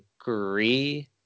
agree